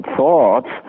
thoughts